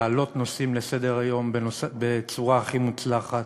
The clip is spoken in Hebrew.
להעלות נושאים לסדר-היום בצורה הכי מוצלחת,